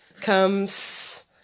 comes